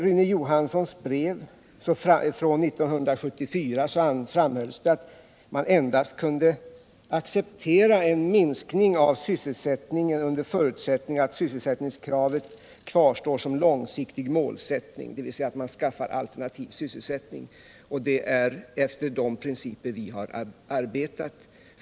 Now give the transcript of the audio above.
minskning av sysselsättningen endast under förutsättning att sysselsättningskravet kvarstod som en långsiktig målsättning, dvs. att man skaffade alternativ sysselsättning. Det är efter de principerna vi arbetar.